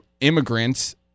immigrants